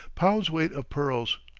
pounds' weight of pearls,